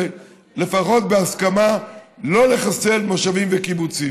לפחות בהסכמה לא לחסל מושבים וקיבוצים.